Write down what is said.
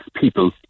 people